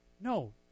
No